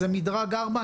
זה מדרג 4,